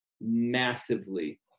massively